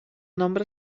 nombre